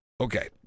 Okay